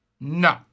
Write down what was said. No